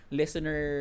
listener